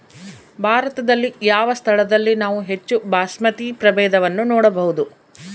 ಭಾರತದಲ್ಲಿ ಯಾವ ಸ್ಥಳದಲ್ಲಿ ನಾವು ಹೆಚ್ಚು ಬಾಸ್ಮತಿ ಪ್ರಭೇದವನ್ನು ನೋಡಬಹುದು?